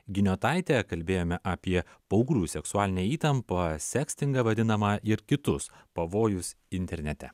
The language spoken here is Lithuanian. giniotaitė kalbėjome apie paauglių seksualinę įtampą sekstingą vadinamą ir kitus pavojus internete